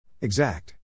Exact